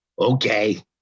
okay